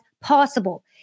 possible